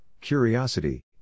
curiosity